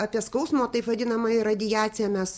apie skausmo taip vadinamąją radiaciją mes